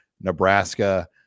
Nebraska